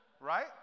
Right